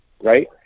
right